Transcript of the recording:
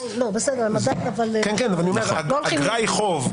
בסדר, אבל נתתי --- כן, אגרה היא חוב.